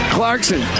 Clarkson